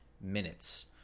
minutes